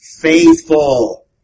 faithful